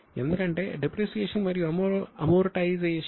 ఇప్పుడు అమోర్టైజేషన్